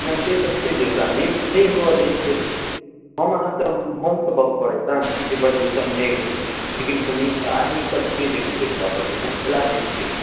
जनते सब छै जे ओकरा नहि ने हुअ दय छै हम अहाँ तऽ हम बहुत बड परेशान छी जे प्रदूषण छै लेकिन हमेशा एहि सब छियै जेकि प्रदूषण फैला दय छियै